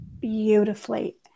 beautifully